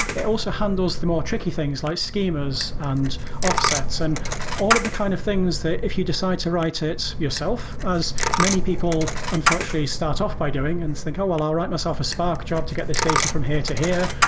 it also handles the more tricky things, like schemas and offsets. and all of the kind of things that if you decide to write it yourself, as many people unfortunately start off by doing and saying, oh! well, i'll write myself a spark job to get this data from here to here,